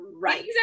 right